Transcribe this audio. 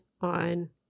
on